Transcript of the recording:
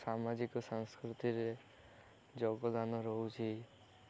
ସାମାଜିକ ସଂସ୍କୃତିରେ ଯୋଗଦାନ ରହୁଛିି